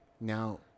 Now